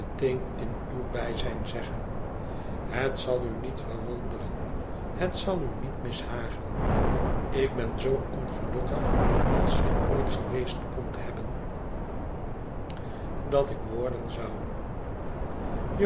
in uw bijzijn zeggen het zal u niet verwonderen het zal u niet mishagen ik ben zoo ongelukkig als gij ooit gewenscht kondt hebben dat ik worden zou